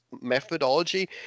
methodology